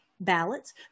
ballots